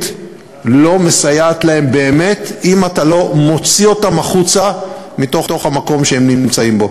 לא מסייעת להם באמת אם אתה לא מוציא אותם מתוך המקום שהם נמצאים בו.